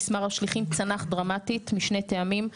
צנח דרמטית משני טעמים,